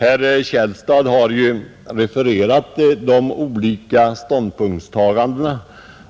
Herr Källstad har ju återgivit de olika ståndpunktstagandena,